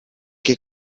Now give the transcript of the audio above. che